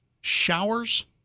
Showers